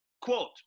quote